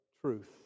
truth